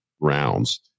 rounds